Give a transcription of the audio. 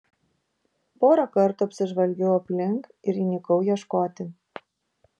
porą kartų apsižvalgiau aplink ir įnikau ieškoti